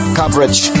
coverage